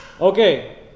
okay